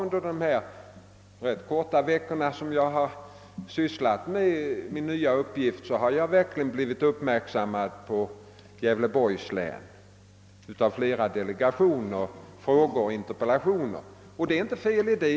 Under de rätt få veckor jag har sysslat med min nya uppgift har jag verkligen fått min uppmärksamhet riktad mot Gävleborgs län av flera delegationer, frågor och interpellationer, och det är inget fel i det.